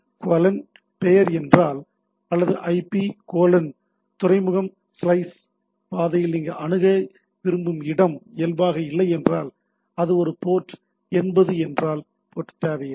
colon பெயர் என்றால் அல்லது ஐபி கோலோன் துறைமுகம் ஸ்லைஸ் பாதையில் நீங்கள் அணுக விரும்பும் இடம் இயல்பாக இல்லை என்றால் அது ஒரு போர்ட் 80 என்றால் போர்ட் தேவையில்லை